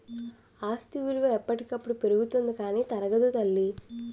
ఆస్తి విలువ ఎప్పటికప్పుడు పెరుగుతుంది కానీ తరగదు తల్లీ